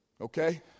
Okay